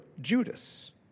Judas